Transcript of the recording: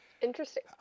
Interesting